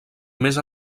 més